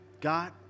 God